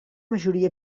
majoria